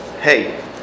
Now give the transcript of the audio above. Hey